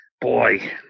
boy